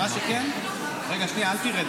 רגע, אל תרד.